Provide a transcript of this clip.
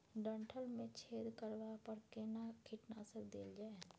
डंठल मे छेद करबा पर केना कीटनासक देल जाय?